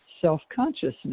self-consciousness